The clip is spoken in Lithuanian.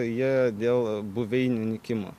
jie dėl buveinių nykimo